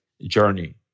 journey